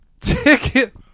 Ticket